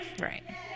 Right